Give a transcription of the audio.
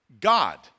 God